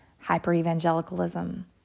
hyper-evangelicalism